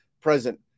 present